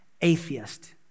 atheist